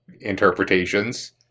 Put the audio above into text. interpretations